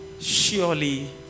surely